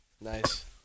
Nice